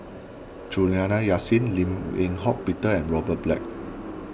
Juliana Yasin Lim Eng Hock Peter and Robert Black